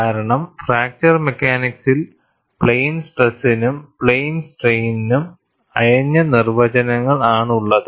കാരണം ഫ്രാക്ചർ മെക്കാനിക്സിൽ പ്ലെയിൻ സ്ട്രെസ്സിനും പ്ലെയിൻ സ്ട്രെയ്നിനും അയഞ്ഞ നിർവചനങ്ങൾ ആണുള്ളത്